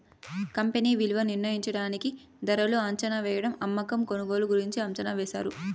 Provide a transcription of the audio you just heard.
company విలువ నిర్ణయించడానికి ధరలు అంచనావేయడం అమ్మకం కొనుగోలు గురించి అంచనా వేశారు